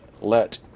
let